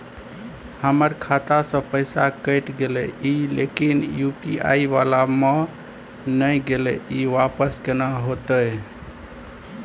हमर खाता स पैसा कैट गेले इ लेकिन यु.पी.आई वाला म नय गेले इ वापस केना होतै?